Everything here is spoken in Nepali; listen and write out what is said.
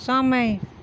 समय